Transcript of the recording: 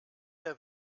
der